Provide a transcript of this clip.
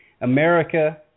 America